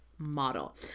model